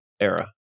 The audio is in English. era